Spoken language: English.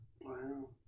Wow